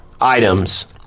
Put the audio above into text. items